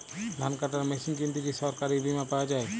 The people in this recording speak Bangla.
ধান কাটার মেশিন কিনতে কি সরকারী বিমা পাওয়া যায়?